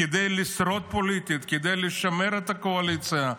כדי לשרוד פוליטית, כדי לשמר את הקואליציה,